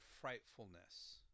frightfulness